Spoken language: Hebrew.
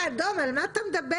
אדון, על מה אתה מדבר?